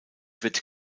wird